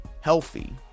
healthy